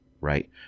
right